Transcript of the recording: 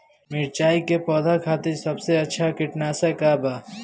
मिरचाई के पौधा खातिर सबसे अच्छा कीटनाशक का बा?